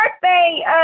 birthday